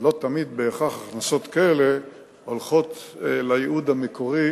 ולא תמיד בהכרח הכנסות כאלה הולכות לייעוד המקורי